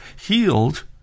healed